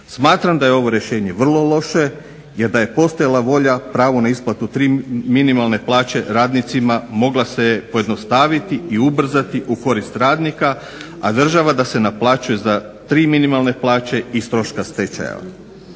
Smatram da je ovo rješenje vrlo loše jer da je postojala volja pravo na isplatu tri minimalne plaće radnicima mogla se je pojednostaviti i ubrzati u korist radnika, a država da se naplaćuje za tri minimalne plaće iz troška stečajeva.